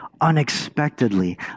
unexpectedly